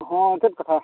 ᱦᱮᱸ ᱪᱮᱫ ᱠᱟᱛᱷᱟ